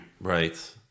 Right